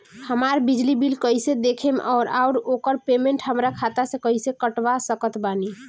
हमार बिजली बिल कईसे देखेमऔर आउर ओकर पेमेंट हमरा खाता से कईसे कटवा सकत बानी?